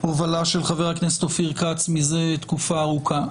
בהובלה של חה"כ אופיר כץ מזה תקופה ארוכה.